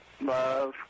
love